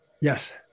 Yes